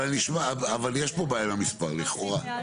אבל יש פה בעיה למספר לכאורה.